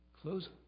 Close